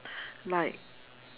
like